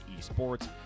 eSports